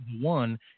one